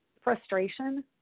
frustration